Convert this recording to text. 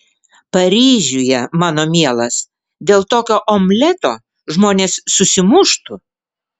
paryžiuje mano mielas dėl tokio omleto žmonės susimuštų